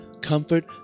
comfort